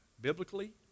biblically